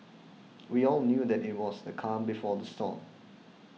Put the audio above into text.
we all knew that it was the calm before the storm